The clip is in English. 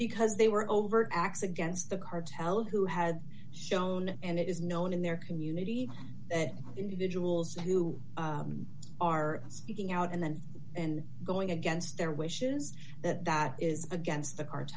because they were overt acts against the cartel who had shown and it is known in their community that individuals who are speaking out and then and going against their wishes that that is against the